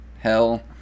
hell